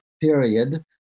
period